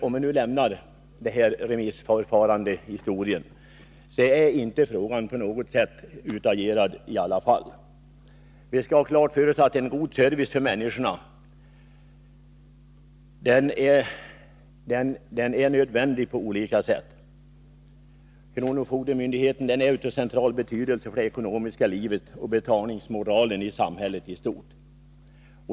Om vi nu lämnar frågan om remissförfarande, så är frågan ändå inte på något sätt utagerad. Vi skall ha klart för oss att en god service för människorna är nödvändig på olika sätt. Kronofogdemyndigheten är av central betydelse i det ekonomiska livet och för betalningsmoralen i samhället i stort.